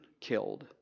killed